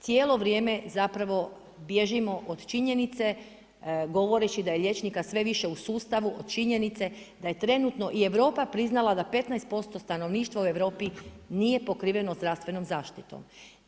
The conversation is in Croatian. Cijelo vrijeme zapravo bježimo od činjenice govoreći da je liječnika sve više u sustavu od činjenice da je trenutno i Europa priznala da 15% stanovništva u Europi nije pokriveno zdravstvenom zaštitom.